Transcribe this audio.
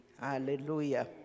hallelujah